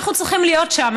אנחנו צריכים להיות שם.